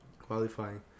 qualifying